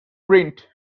print